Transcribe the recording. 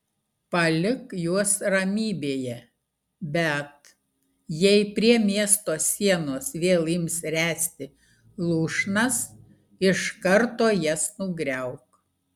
palik juos ramybėje bet jei prie miesto sienos vėl ims ręsti lūšnas iš karto jas nugriauk